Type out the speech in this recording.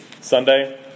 Sunday